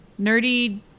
nerdy